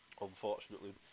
unfortunately